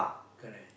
correct